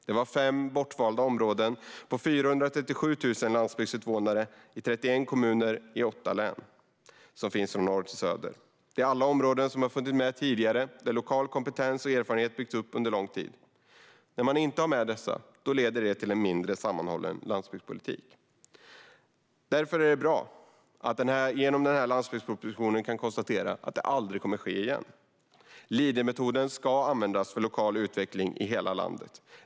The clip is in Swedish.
De fem bortvalda områdena omfattar 437 000 landsbygdsinvånare i 31 kommuner i åtta län från norr till söder. De är alla områden som har funnits med tidigare, där lokal kompetens och erfarenhet byggts upp under lång tid. Att inte ha med dessa leder till en mindre sammanhållen landsbygdspolitik. Därför är det bra att det genom landsbygdspropositionen kan konstateras att det aldrig kommer att ske igen. Leadermetoden ska användas för lokal utveckling i hela landet.